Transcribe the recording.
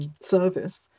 service